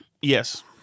Yes